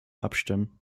abstimmen